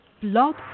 Blog